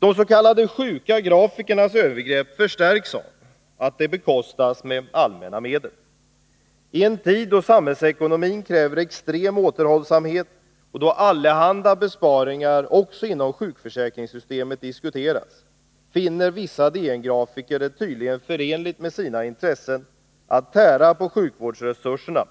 De s.k. sjuka grafikernas övergrepp förstärks av att det bekostas med allmänna medel. I en tid då samhällsekonomin kräver extrem återhållsamhet och då allehanda besparingar också inom sjukförsäkringssystemet diskute Nr 139 ras, finner vissa DN-grafiker tydligen det förenligt med sina intressen att tära Torsdagen den på sjukvårdsresurserna